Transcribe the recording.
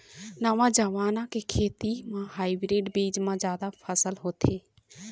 नवा जमाना के खेती म हाइब्रिड बीज म जादा फसल होथे